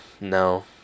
No